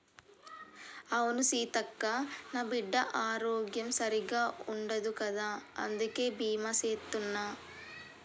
అవును సీతక్క, నా బిడ్డ ఆరోగ్యం సరిగ్గా ఉండదు కదా అందుకే బీమా సేత్తున్న